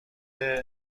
ولی